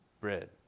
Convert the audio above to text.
bread